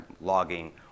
logging